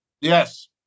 Yes